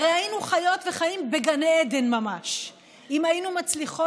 הרי היינו חיות וחיים בגן עדן ממש אם היינו מצליחות